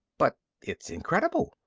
but it's incredible!